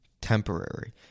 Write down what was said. temporary